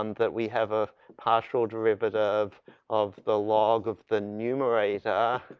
um that we have a partial derivative of the log of the numerator